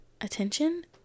attention